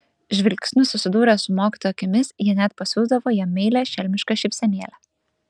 žvilgsniu susidūrę su mokytojo akimis jie net pasiųsdavo jam meilią šelmišką šypsenėlę